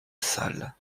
salle